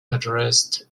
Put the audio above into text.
addressed